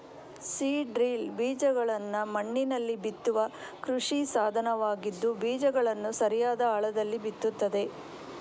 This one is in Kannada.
ಸೀಡ್ ಡ್ರಿಲ್ ಬೀಜಗಳನ್ನ ಮಣ್ಣಿನಲ್ಲಿ ಬಿತ್ತುವ ಕೃಷಿ ಸಾಧನವಾಗಿದ್ದು ಬೀಜಗಳನ್ನ ಸರಿಯಾದ ಆಳದಲ್ಲಿ ಬಿತ್ತುತ್ತದೆ